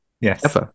Yes